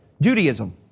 Judaism